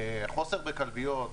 חוסר בכלביות,